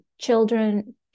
children